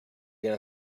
gonna